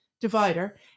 divider